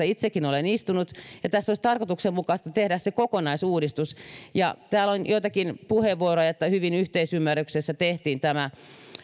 itsekin olen istunut tässä olisi tarkoituksenmukaista tehdä se kokonaisuudistus täällä on ollut joitakin puheenvuoroja että hyvin yhteisymmärryksessä tehtiin